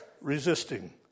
resisting